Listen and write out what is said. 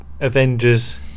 Avengers